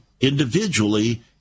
individually